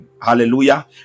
hallelujah